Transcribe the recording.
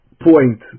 point